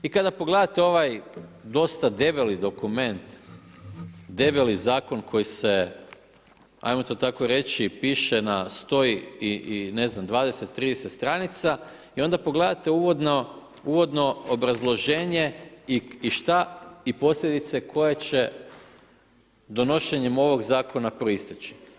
I kada pogledate, ovaj dosta debeli dokument, debeli zakon koji se ajmo to tako reći, piše na 100 i ne znam 20 30 str. i onda pogledate uvodno obrazloženja i šta i posljedice koje će donošenjem ovog zakona proisteći.